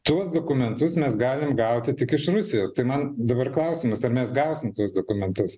tuos dokumentus mes galim gauti tik iš rusijos tai man dabar klausimas ar mes gausim tuos dokumentus